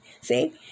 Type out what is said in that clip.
see